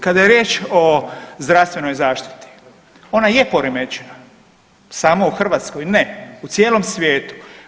Kada je riječ o zdravstvenoj zaštiti ona je poremećena, samo u Hrvatskoj ne, u cijelom svijetu.